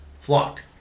Flock